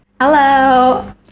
Hello